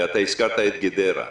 ואתה הזכרת את גדרה.